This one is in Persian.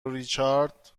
ریچارد